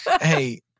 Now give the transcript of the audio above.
Hey